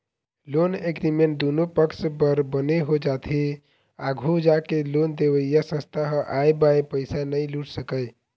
loan agreement दुनो पक्छ बर बने हो जाथे आघू जाके लोन देवइया संस्था ह आंय बांय पइसा नइ लूट सकय